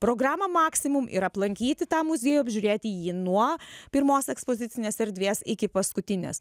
programą maksimum ir aplankyti tą muziejų apžiūrėti jį nuo pirmos ekspozicinės erdvės iki paskutinės